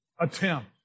attempt